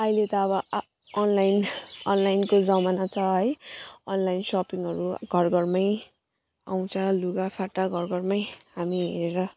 अहिले त अब अनलाइन अनलाइनको जमाना छ है अनलाइन सपिङहरू घर घरमै आउँछ लुगाफाटा घर घरमै हामी हेरेर